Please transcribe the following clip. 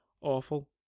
awful